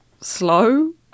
slow